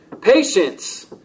Patience